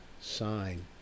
sign